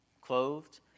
clothed